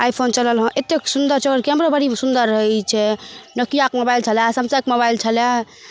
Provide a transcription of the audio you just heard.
iPhone चलल हँ एतेक सुन्दर छै आओर केमरो बड़ी सुन्दर रहै छै नोकियाके मोबाइल छलए सैमसंगके मोबाइल छलए